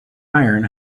iron